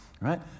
Right